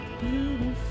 Beautiful